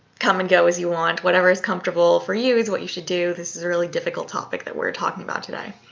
come and go as you want, whatever's comfortable for you is what you should do. this is a really difficult topic that we're talking about today.